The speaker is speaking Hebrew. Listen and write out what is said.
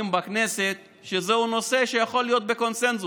בכנסת שזה נושא שיכול להיות בקונסנזוס,